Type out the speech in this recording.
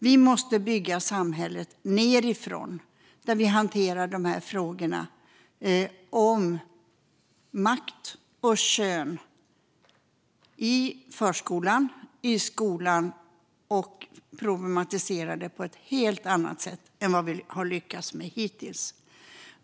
Vi måste bygga samhället nedifrån, hantera dessa frågor om makt och kön i förskolan och i skolan och problematisera det på ett helt annat sätt än vad vi har lyckats med hittills.